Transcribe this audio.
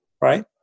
right